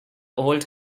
old